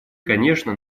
конечно